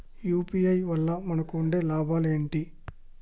UPI వల్ల మనకు ఉండే లాభాలు ఏంటి?